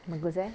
bagus eh